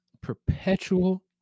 perpetual